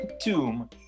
tomb